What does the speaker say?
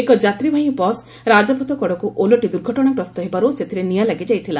ଏକ ଯାତ୍ରୀବାହୀ ରାଜପଥ କଡକୁ ଓଲଟି ଦୁର୍ଘଟଣାଗ୍ରସ୍ତ ହେବାରୁ ସେଥିରେ ନିଆଁ ଲାଗିଯାଇଥିଲା